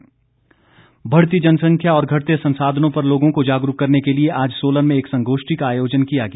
जनसंख्या बढ़ती जनसंख्या और घटने संसाधनों पर लोगों को जागरूक करने के लिए आज सोलन में एक संगोष्ठी का आयोजन किया गया